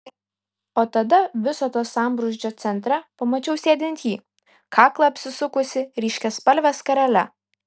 o tada viso to sambrūzdžio centre pamačiau sėdint jį kaklą apsisukusį ryškiaspalve skarele